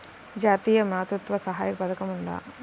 జాతీయ మాతృత్వ సహాయ పథకం ఉందా?